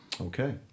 Okay